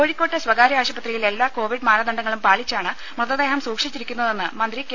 കോഴിക്കോട്ട് സ്വകാര്യ ആശുപത്രിയിൽ എല്ലാ കോവിഡ് മാനദണ്ഡങ്ങളും പാലിച്ചാണ് മൃതദേഹം സൂക്ഷിച്ചിരിക്കുന്നതെന്ന് മന്ത്രി കെ